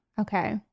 Okay